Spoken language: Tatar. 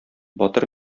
батыр